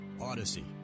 Odyssey